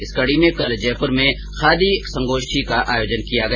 इस कडी में कल जयप्र में खादी संगोष्ठी का आयोजन किया गया